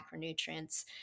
macronutrients